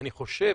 אני חושב